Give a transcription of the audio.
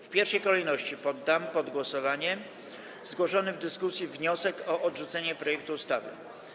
W pierwszej kolejności poddam pod głosowanie zgłoszony w dyskusji wniosek o odrzucenie projektu ustawy.